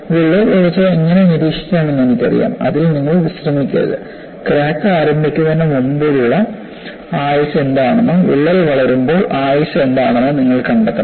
വിള്ളൽ വളർച്ച എങ്ങനെ നിരീക്ഷിക്കാമെന്ന് എനിക്കറിയാം അതിൽ നിങ്ങൾ വിശ്രമിക്കരുത് ക്രാക്ക് ആരംഭിക്കുന്നതിന് മുമ്പുള്ള ആയുസ്സ് എന്താണെന്നും വിള്ളൽ വളരുമ്പോൾ ആയുസ്സ് എന്താണെന്നും നിങ്ങൾ കണ്ടെത്തണം